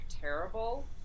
terrible